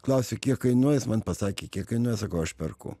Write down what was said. klausiu kiek kainuoja jis man pasakė kiek kainuoja sakau aš perku